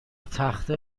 تخته